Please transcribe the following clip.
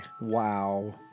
Wow